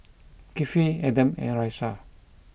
Kifli Adam and Raisya